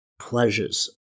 pleasures